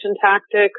tactics